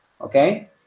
okay